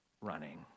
running